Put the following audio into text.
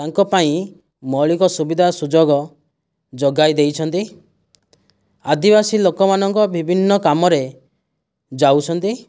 ତାଙ୍କ ପାଇଁ ମୌଳିକ ସୁବିଧା ସୁଯୋଗ ଯୋଗାଇ ଦେଇଛନ୍ତି ଆଦିବାସୀ ଲୋକମାନଙ୍କ ବିଭିନ୍ନ କାମରେ ଯାଉଛନ୍ତି